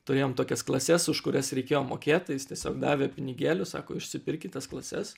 turėjom tokias klases už kurias reikėjo mokėt tai jis tiesiog davė pinigėlių sako išsipirkit tas klases